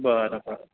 बरं बरं